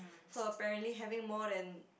so apparently having more than